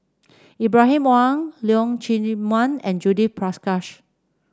Ibrahim Awang Leong Chee Mun and Judith Prakash